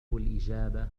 الإجابة